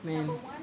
man